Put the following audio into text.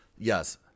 Yes